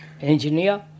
engineer